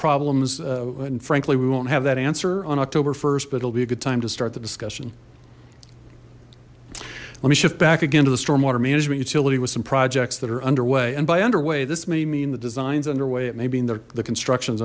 problems and frankly we won't have that answer on october st but it'll be a good time to start the discussion let me shift back again to the stormwater management utility with some projects that are underway and by underway this may mean the designs underway it may be in the constructions